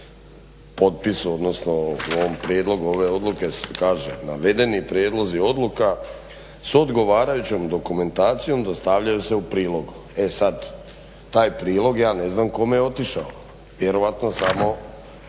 potpis odnosno u ovom prijedlogu ove odluke kaže:"Navedeni prijedlozi odluka s odgovarajućom dokumentacijom dostavljaju se u prilogu." E sad taj prilog ja ne znam kome je otišao, vjerojatno samo